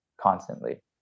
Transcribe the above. constantly